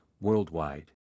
worldwide